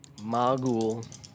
Magul